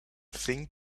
thing